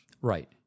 Right